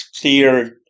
clear